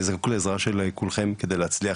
אני זקוק לעזרה של כולכם כדי להצליח,